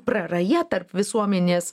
praraja tarp visuomenės